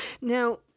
Now